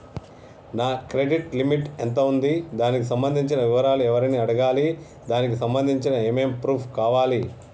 నా credit limit ఎంత ఉంది? దానికి సంబంధించిన వివరాలు ఎవరిని అడగాలి? దానికి సంబంధించిన ఏమేం ప్రూఫ్స్ కావాలి?